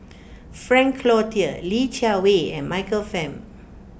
Frank Cloutier Li Jiawei and Michael Fam